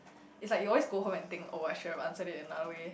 is like you always go home and think oh I should have answer in another way